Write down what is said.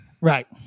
right